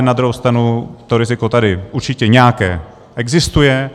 Na druhou stranu to riziko tady určitě nějaké existuje.